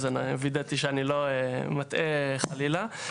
אז וידאתי שאני לא מטעה חלילה.